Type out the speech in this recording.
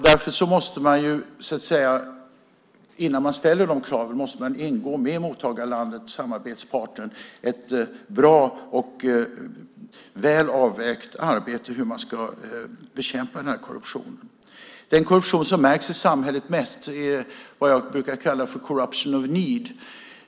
Därför måste man innan man ställer kraven göra upp med mottagarlandet, samarbetspartnern, om ett bra och väl avvägt arbete för att bekämpa korruptionen. Den korruption som märks mest i samhället är vad jag brukar kalla corruption of need .